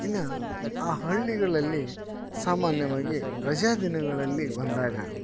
ಇನ್ನು ಆ ಹಳ್ಳಿಗಳಲ್ಲಿ ಸಾಮಾನ್ಯವಾಗಿ ರಜಾ ದಿನಗಳಲ್ಲಿ ಬಂದಾಗ